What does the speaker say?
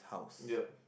yeap